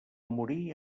morir